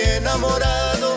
enamorado